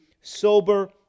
sober